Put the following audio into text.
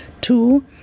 two